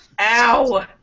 Ow